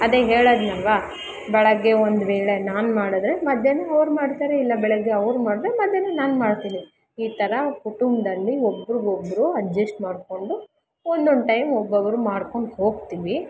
ಅದೇ ಹೇಳಿದ್ನಲ್ವಾ ಬೆಳಗ್ಗೆ ಒಂದು ವೇಳೆ ನಾನು ಮಾಡಿದ್ರೆ ಮಧ್ಯಾಹ್ನ ಅವ್ರು ಮಾಡ್ತಾರೆ ಇಲ್ಲ ಬೆಳಗ್ಗೆ ಅವ್ರು ಮಾಡಿದ್ರೆ ಮಧ್ಯಾಹ್ನ ನಾನು ಮಾಡ್ತೀನಿ ಈ ಥರ ಕುಟುಂಬದಲ್ಲಿ ಒಬ್ರಿಗೊಬ್ರು ಅಡ್ಜೆಸ್ಟ್ ಮಾಡಿಕೊಂಡು ಒನ್ನೊಂದು ಟೈಮ್ ಒಬ್ಬೊಬ್ರು ಮಾಡ್ಕೊಂಡು ಹೋಗ್ತೀವಿ